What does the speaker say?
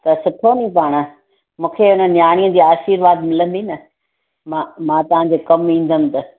त सुठो नी पाण मूंखे हिन नयाणीअ जी आशीर्वाद मिलंदी न मां मां तव्हांजो कम ईंदमि त